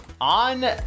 On